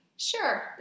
Sure